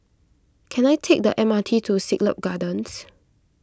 can I take the M R T to Siglap Gardens